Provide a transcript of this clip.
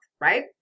right